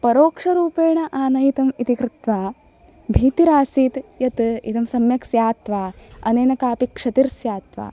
परोक्षरूपेण आनयितम् इति कृत्वा भीतिरासीत् यत् इदं सम्यक् स्यात् वा अनेन कापि क्षतिर्स्यात् वा